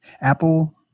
Apple